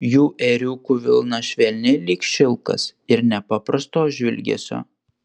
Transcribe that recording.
jų ėriukų vilna švelni lyg šilkas ir nepaprasto žvilgesio